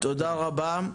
תודה רבה.